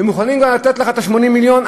הן מוכנות כבר לתת לך את 80 המיליון,